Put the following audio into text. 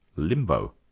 limbo.